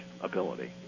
ability